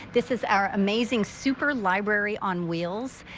this is our amazing super library on wheels.